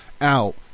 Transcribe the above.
out